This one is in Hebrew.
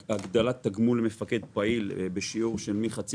את הגדלת תגמול מפקד פעיל משיעור של חצי